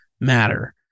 matter